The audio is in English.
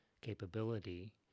capability